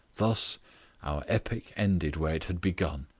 thus our epic ended where it had begun,